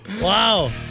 Wow